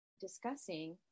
discussing